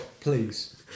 please